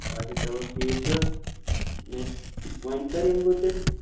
اچھا چَلو ٹھیٖک چھُ مےٚ وۄنۍ کَر یِم بہٕ تیٚلہِ